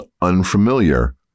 unfamiliar